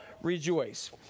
rejoice